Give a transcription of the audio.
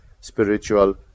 spiritual